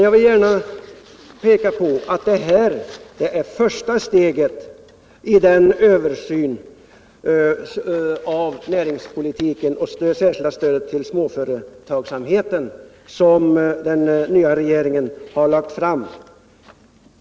Jag vill gärna trycka på att detta är första steget i en översyn av näringspolitiken och det särskilda stödet till småföretagsamheten.